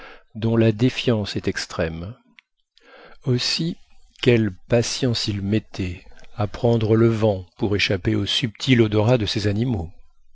dont la défiance est extrême aussi quelle patience ils mettaient à prendre le vent pour échapper au subtil odorat de ces animaux